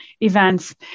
events